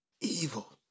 evil